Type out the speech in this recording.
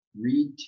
read